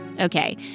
Okay